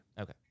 Okay